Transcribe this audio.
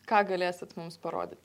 ką galėsit mums parodyt